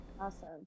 Awesome